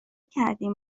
کردیم